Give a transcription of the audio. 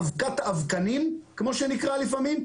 אבקת אבקנים כמו שנקרא לפעמים,